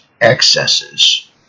excesses